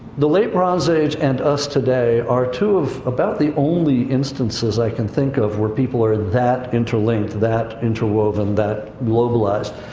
the late bronze age and us today are two of about the only instances i can think of where people are that interlinked, that interwoven, that globalized.